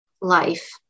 life